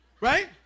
right